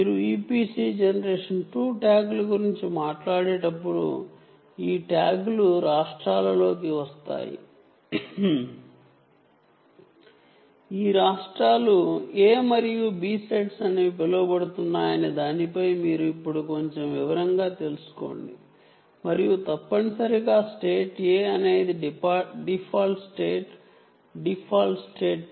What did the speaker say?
మీరు EPC gen 2 ట్యాగ్ల గురించి మాట్లాడేటప్పుడు ఈ ట్యాగ్లు రెండు స్టేట్ లలో లాభిస్తాయి ఈ రెండు స్టేట్ ల వివరంగా తెలుసుకుందాము ఏ మరియు బి సెట్స్ అని పిలవబడుతున్నాయనే మరియు తప్పనిసరిగా స్టేట్ A అనేది డిఫాల్ట్ స్టేట్